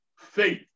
faith